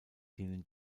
denen